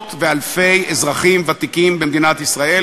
מאות ואלפי אזרחים ותיקים במדינת ישראל